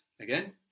Again